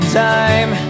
time